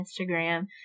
Instagram